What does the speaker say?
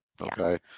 okay